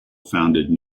founded